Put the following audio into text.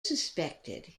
suspected